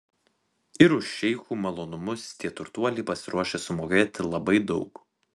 ir už šeichų malonumus tie turtuoliai pasiruošę sumokėti labai daug